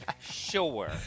sure